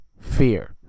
fear